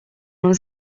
non